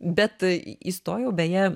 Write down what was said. bet į įstojau beje